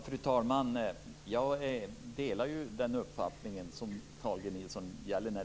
Fru talman! Jag delar ju Carl G Nilsson uppfattning om våra skogstillgångar.